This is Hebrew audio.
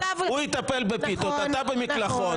הוא יטפל בפיתות ואתה במקלחות.